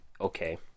okay